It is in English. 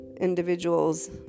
individuals